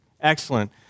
Excellent